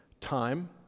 time